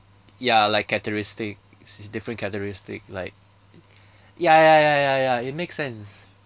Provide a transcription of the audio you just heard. ya like characteristics it's different characteristic like ya ya ya ya ya it makes sense